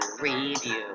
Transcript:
review